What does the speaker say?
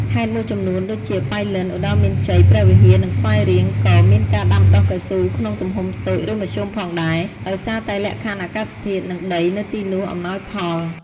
ខេត្តមួយចំនួនដូចជា ប៉ៃលិន ឧត្តរមានជ័យ ព្រះវិហារ និងស្វាយរៀង ក៏មានការដាំដុះកៅស៊ូក្នុងទំហំតូច ឬមធ្យមផងដែរ ដោយសារតែលក្ខខណ្ឌអាកាសធាតុ និងដីនៅទីនោះអំណោយផល។